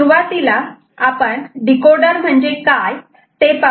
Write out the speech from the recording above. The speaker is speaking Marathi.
सुरुवातीला आपण डीकोडर म्हणजे काय ते पाहू